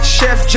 Chef